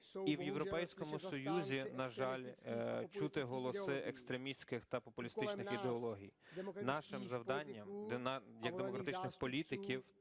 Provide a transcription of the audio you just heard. І в Європейському Союзі, на жаль, чути голоси екстремістських та популістичних ідеологій. Нашим завданням як демократичних політиків